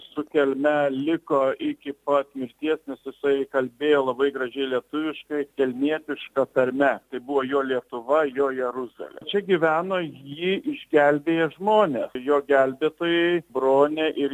su kelme liko iki pat mirties nes jisai kalbėjo labai gražiai lietuviškai kelmietiška tarme tai buvo jo lietuva jo jeruzalė čia gyveno jį išgelbėję žmonės jo gelbėtojai bronė ir